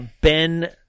Ben